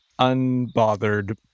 unbothered